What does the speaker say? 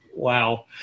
Wow